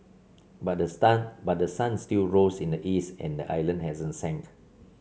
but the stun but the sun still rose in the east and the island hasn't sunk